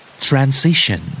Transition